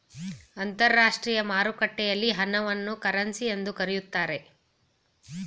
ಅಂತರಾಷ್ಟ್ರೀಯ ಮಾರುಕಟ್ಟೆಯಲ್ಲಿ ಹಣವನ್ನು ಕರೆನ್ಸಿ ಎಂದು ಕರೀತಾರೆ